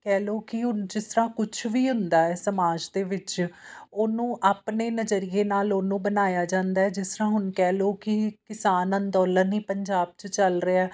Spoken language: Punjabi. ਕਹਿ ਲਓ ਕਿ ਹੁਣ ਜਿਸ ਤਰ੍ਹਾਂ ਕੁਛ ਵੀ ਹੁੰਦਾ ਸਮਾਜ ਦੇ ਵਿੱਚ ਉਹਨੂੰ ਆਪਣੇ ਨਜ਼ਰੀਏ ਨਾਲ ਉਹਨੂੰ ਬਣਾਇਆ ਜਾਂਦਾ ਜਿਸ ਤਰ੍ਹਾਂ ਹੁਣ ਕਹਿ ਲਓ ਕਿ ਕਿਸਾਨ ਅੰਦੋਲਨ ਹੀ ਪੰਜਾਬ 'ਚ ਚੱਲ ਰਿਹਾ